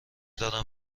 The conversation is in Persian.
دارم